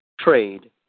trade